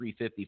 350